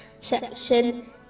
SECTION